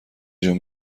جون